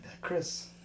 Chris